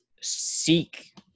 seek